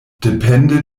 depende